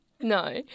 No